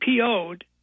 po'd